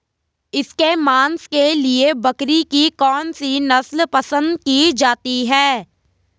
इसके मांस के लिए बकरी की कौन सी नस्ल पसंद की जाती है?